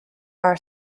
are